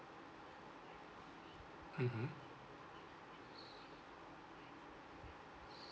mmhmm